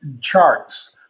charts